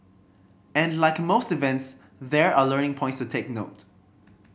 and like most events there are learning points to take note